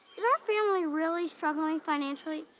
is our family really struggling financially?